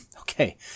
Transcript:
Okay